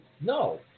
No